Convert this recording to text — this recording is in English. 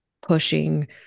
pushing